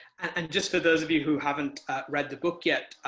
and just for those of you who haven't read the book yet,